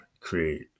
create